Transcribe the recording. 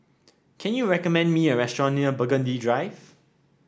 can you recommend me a restaurant near Burgundy Drive